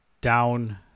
down